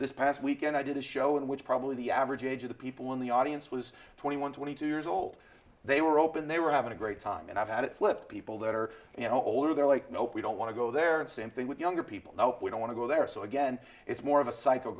this past weekend i did a show in which probably the average age of the people in the audience was twenty one twenty two years old they were open they were having a great time and i've had it flipped people that are you know older they're like no we don't want to go there and same thing with younger people we don't want to go there so again it's more of a psycho